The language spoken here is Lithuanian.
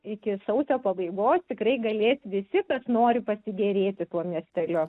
iki sausio pabaigos tikrai galės visi kas nori pasigėrėti tuo miesteliu